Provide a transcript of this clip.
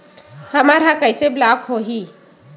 हमर ह कइसे ब्लॉक होही?